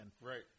Right